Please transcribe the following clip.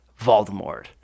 Voldemort